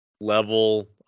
level